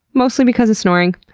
mostly because of snoring.